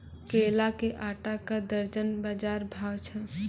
केला के आटा का दर्जन बाजार भाव छ?